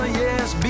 yes